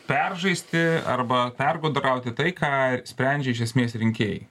peržaisti arba pergudrauti tai ką sprendžia iš esmės rinkėjai